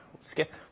Skip